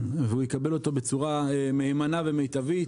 והוא יקבל אותו בצורה מהימנה ומיטבית,